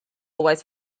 always